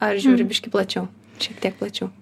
ar žiūri biškį plačiau šiek tiek plačiau